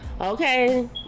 Okay